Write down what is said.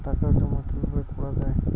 টাকা জমা কিভাবে করা য়ায়?